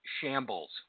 Shambles